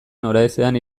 noraezean